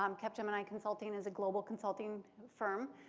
um cap gemini consulting is a global consulting firm.